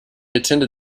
attended